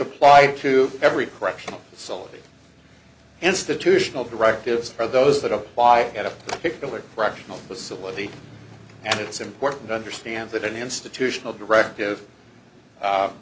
apply to every correctional facility institutional directives are those that apply at a peculiar correctional facility and it's important to understand that an institutional direct